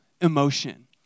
emotion